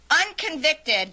unconvicted